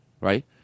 right